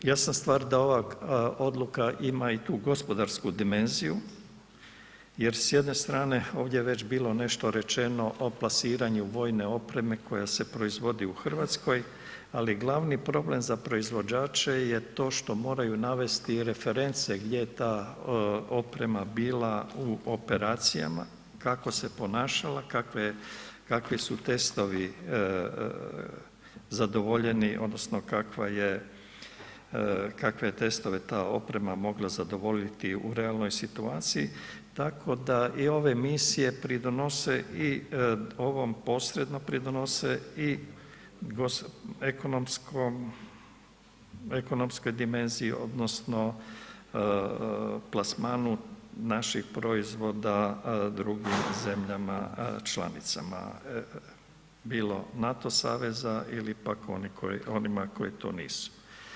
Jasna stvar da ova odluka ima i tu gospodarsku dimenziju jer s jedne strane ovdje je već bilo nešto rečeno o plasiranju vojne opreme koja se proizvodi u Hrvatskoj ali glavni problem za proizvođače je to što moraju navesti reference gdje je ta oprema bila u operacijama, kako se ponašala, kako su testovi zadovoljeni odnosno kakve je testove t oprema mogla zadovoljiti u realnoj situaciji tako da i ove misije pridonose i ovom posrednim pridonose, i ekonomskoj dimenziji odnosno plasmanu naših proizvoda drugim zemljama članica bilo NATO saveza ili pak onima koji to nisu.